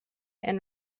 and